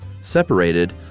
separated